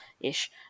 ish